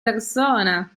persona